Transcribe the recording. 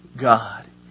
God